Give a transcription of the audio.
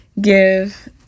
give